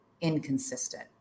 inconsistent